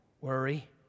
Worry